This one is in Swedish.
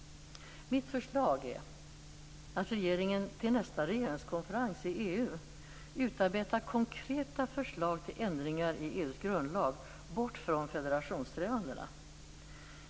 Mitt förslag är att regeringen till nästa regeringskonferens i EU utarbetar konkreta förslag till ändringar i EU:s grundlag bort från federationssträvandena.